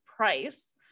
Price